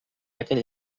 aquell